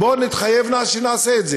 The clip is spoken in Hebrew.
בוא נתחייב שנעשה את זה.